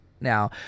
Now